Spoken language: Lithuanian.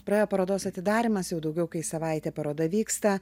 praėjo parodos atidarymas jau daugiau kaip savaitę paroda vyksta